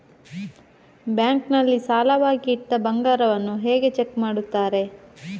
Bank ನಲ್ಲಿ ಸಾಲವಾಗಿ ಇಟ್ಟ ಬಂಗಾರವನ್ನು ಹೇಗೆ ಚೆಕ್ ಮಾಡುತ್ತಾರೆ?